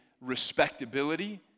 respectability